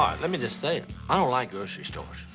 um let me just say it i don't like grocery stores.